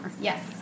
Yes